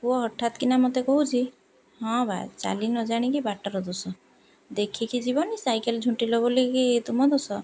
ପୁଅ ହଠାତ୍ କିିନା ମୋତେ କହୁଛି ହଁ ବା ଚାଲି ନ ଜାଣିକି ବାଟର ଦୋଷ ଦେଖିକି ଯିବନି ସାଇକେଲ ଝୁଣ୍ଟିିଲ ବୋଲିକି ତୁମ ଦୋଷ